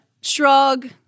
shrug